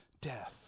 death